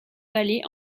vallée